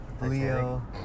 Leo